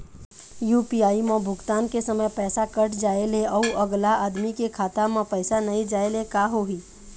UPI म भुगतान के समय पैसा कट जाय ले, अउ अगला आदमी के खाता म पैसा नई जाय ले का होही?